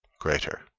greater.